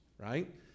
right